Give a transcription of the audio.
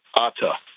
Atta